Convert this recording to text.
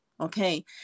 okay